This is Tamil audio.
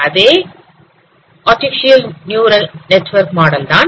அதே அர்தீபீஷியல் நியூரல் நெட்வேர்க் மாடல் தான்